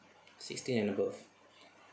sixteen and above